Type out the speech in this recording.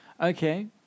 Okay